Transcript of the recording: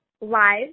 live